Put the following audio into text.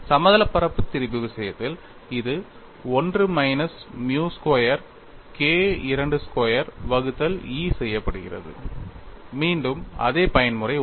சமதளப் பரப்பு திரிபு விஷயத்தில் இது 1 minus mu square K II square வகுத்தல் E செய்யப்படுகிறது மீண்டும் அதே பயன்முறை I